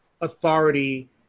authority